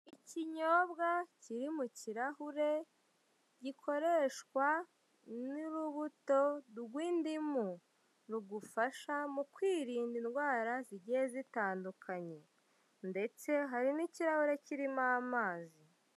Ikinyobwa kiri mu kirahure, gikoreshwa n'urubuto rw'indimu, rugufasha mu kwirinda indwara zigiye zitandukanye ndetse hari n'ikirahure kirimo amazi.